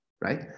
Right